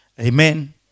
Amen